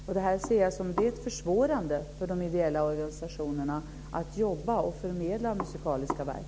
Jag ser det här som ett försvårande för de idella organisationerna att jobba och förmedla musikaliska verk.